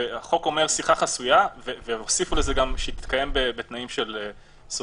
החוק אומר שיחה חסויה והוסיפו לזה גם שתתקיים בתנאים של סודיות.